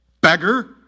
beggar